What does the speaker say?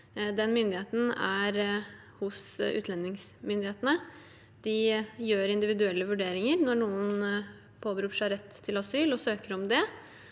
Den myndigheten ligger hos utlendingsmyndighetene. De foretar individuelle vurderinger når noen påberoper seg rett til asyl og søker om det.